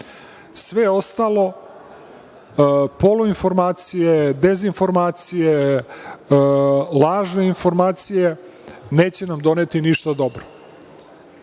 Sve ostalo, poluinformacije, dezinformacije, lažne informacije neće nam doneti ništa dobro.